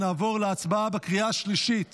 נעבור להצבעה בקריאה השלישית